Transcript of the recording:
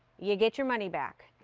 you get your money back.